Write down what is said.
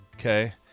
Okay